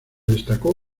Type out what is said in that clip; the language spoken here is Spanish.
destacó